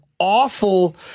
Awful